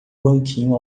banquinho